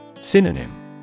Synonym